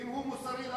חבר